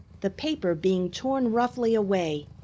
the paper being torn roughly away,